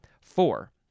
Four